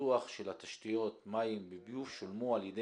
הפיתוח של תשתיות מים וביוב שולמו על ידי